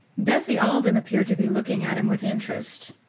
bessie alden appeared to be looking at him with interest.